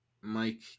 Mike